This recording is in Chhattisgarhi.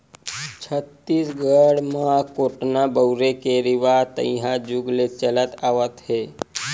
छत्तीसगढ़ म कोटना बउरे के रिवाज तइहा जुग ले चले आवत हे